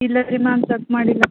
ಇಲ್ಲರಿ ma'am check ಮಾಡಿಲ್ಲ